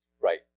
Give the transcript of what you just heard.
Right